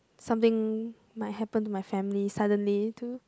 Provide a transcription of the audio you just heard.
something might happen to my family suddenly too